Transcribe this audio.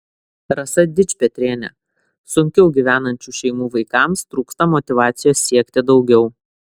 rasa dičpetrienė sunkiau gyvenančių šeimų vaikams trūksta motyvacijos siekti daugiau